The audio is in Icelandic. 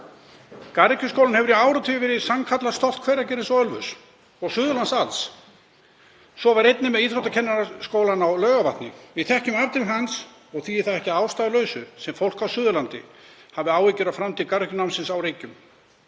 Garðyrkjuskólinn hefur í áratugi verið sannkallað stolt Hveragerðis og Ölfuss og Suðurlands alls. Svo var einnig með Íþróttakennaraskólann á Laugarvatni. Við þekkjum afdrif hans og því er það ekki að ástæðulausu sem fólk á Suðurlandi hefur áhyggjur af framtíð garðyrkjunámsins á Reykjum.